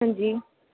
ਹਾਂਜੀ